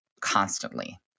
constantly